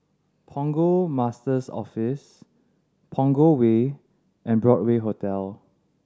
Port Master's Office Punggol Way and Broadway Hotel